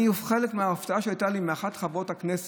חלק מההפתעה שהייתה לי היא מאחת מחברות הכנסת,